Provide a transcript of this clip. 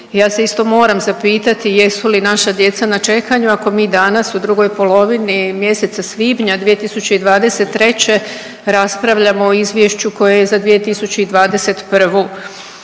Ja se isto moram zapitati jesu li naša djeca na čekanju, ako mi danas u drugoj polovini mjeseca svibnja 2023. raspravljamo o izvješću koje je za 2021.